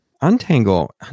Untangle